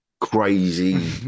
crazy